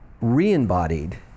re-embodied